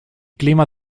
clima